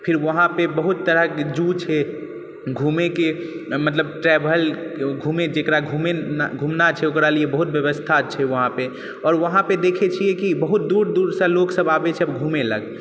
फिर वहाँपे बहुत तरह के ज़ू छै घुमै के मतलब ट्रेवल घुमै जेकरा घूमना छै ओकरा लिए बहुत व्यवस्था छै वहाँपे आओर वहाँपे देखै छियै की बहुत दूर दूर सँ लोकसब आबै छै घुमैलए